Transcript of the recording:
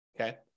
okay